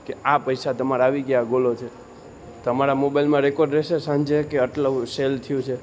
કે આ પૈસા તમારા આવી ગયા આ ગોલો છે તમારા મોબાઈલમાં રેકોર્ડ રહેશે સાંજે કે આટલું સેલ થયું છે